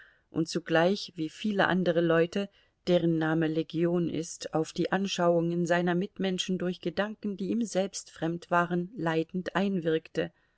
und zugleich wie viele andere leute deren name legion ist auf die anschauungen seiner mitmenschen durch gedanken die ihm selbst fremd waren leitend einwirkte